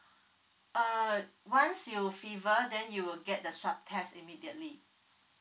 uh once you fever then you will get the swab test immediately